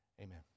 Amen